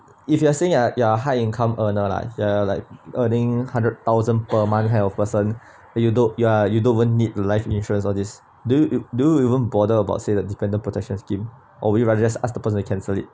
if you are saying ah you're a high income earner lah ya like earning hundred thousand per month kind of person but you don't ya you don't even need the life insurance all this do you do even bother about say the dependent protection scheme or we just ask the person to cancel it